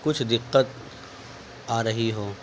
کچھ دقت آ رہی ہو